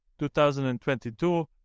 2022